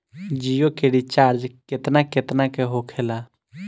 जियो के रिचार्ज केतना केतना के होखे ला?